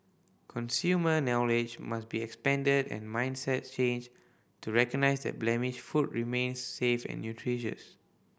consumer knowledge must be expanded and mindsets changed to recognise that blemished food remains safe and nutritious